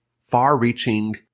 far-reaching